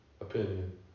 opinion